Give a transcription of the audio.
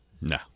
No